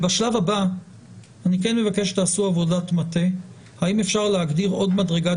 בשלב הבא אני כן מבקש שתעשו עבודת מטה האם אפשר להגדיר עוד מדרגת